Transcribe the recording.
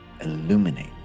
illuminate